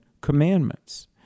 commandments